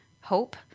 HOPE